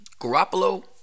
Garoppolo